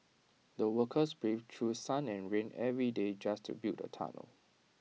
the workers braved through sun and rain every day just to build the tunnel